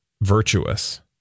virtuous